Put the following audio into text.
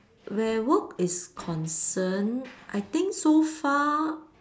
where work is concerned I think so far